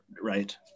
right